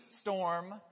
storm